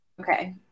Okay